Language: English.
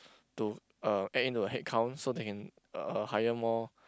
to uh add in to the headcount so they can uh hire more